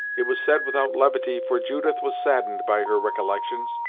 it was said without levity, for judith was saddened by her recollections,